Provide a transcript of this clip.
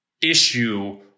Issue